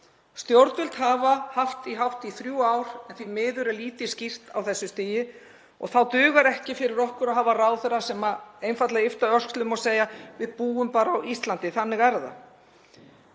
Stjórnvöld hafa haft hátt í þrjú ár en því miður er lítið skýrt á þessu stigi og þá dugar ekki fyrir okkur að hafa ráðherra sem einfaldlega yppta öxlum og segja: Við búum bara á Íslandi, þannig er það.